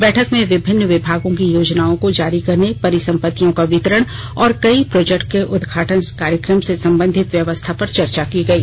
बैठक में विभिन्न विभागों की योजनाओं को जारी करने परिसंपत्तियों का वितरण और कई प्रोजेक्ट के उद्घाटन कार्यकम से संबंधित व्यवस्था पर चर्चा की गई